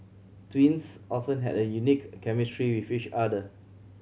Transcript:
twins often have a unique chemistry with each other